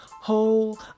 whole